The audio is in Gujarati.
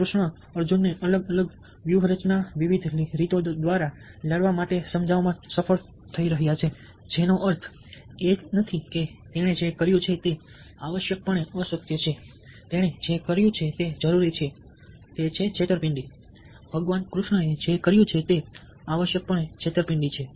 કૃષ્ણ અર્જુનને અલગ અલગ વ્યૂહરચના વિવિધ રીતો દ્વારા લડવા માટે સમજાવવામાં સફળ રહ્યા છે જેનો અર્થ એ જરૂરી નથી કે તેણે જે કર્યું છે તે આવશ્યકપણે અસત્ય છે તેણે જે કર્યું છે તે જરૂરી છે કે તે છેતરપિંડી છે ભગવાન કૃષ્ણએ જે કર્યું છે તે આવશ્યકપણે છેતરપિંડી છે